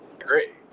Agree